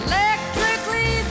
Electrically